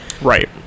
right